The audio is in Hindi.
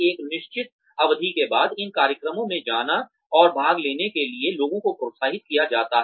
एक निश्चित अवधि के बाद इन कार्यक्रमों में जाने और भाग लेने के लिए लोगों को प्रोत्साहित किया जाता है